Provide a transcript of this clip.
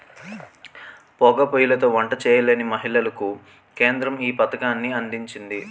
పోగా పోయ్యిలతో వంట చేయలేని మహిళలకు కేంద్రం ఈ పథకాన్ని అందించింది